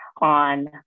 on